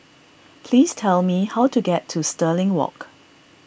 please tell me how to get to Stirling Walk